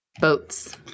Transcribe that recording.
boats